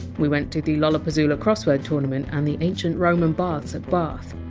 we went to the lollapuzzoola crossword tournament and the ancient roman baths at bath.